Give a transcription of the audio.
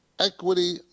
Equity